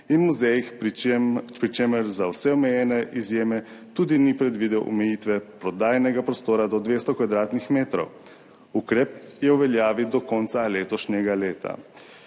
in v muzejih, pri čemer za vse omejene izjeme tudi ni predvidel omejitve prodajnega prostora do 200 kvadratnih metrov. Ukrep je v veljavi do konca letošnjega leta.